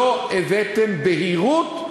לא הבאתם בהירות,